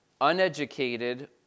uneducated